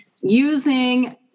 Using